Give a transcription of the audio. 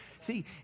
See